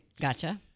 gotcha